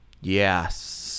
yes